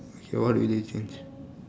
okay what will you change